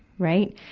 right,